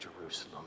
Jerusalem